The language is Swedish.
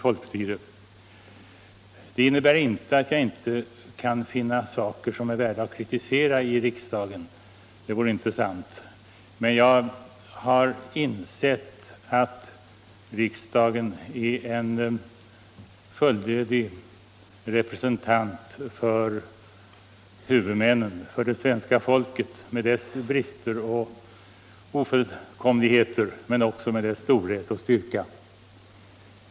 Det innebär inte att jag inte kan finna saker som är värda att kritisera i riksdagen. Det vore inte sant att säga det. Men jag har insett att riksdagen är en fullödig representant för huvudmännen, för det svenska folket med dess brister och ofullkomligheter, men också med dess storhet och styrka.